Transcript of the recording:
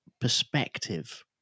perspective